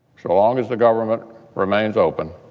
so long as the government remains open?